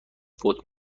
فوت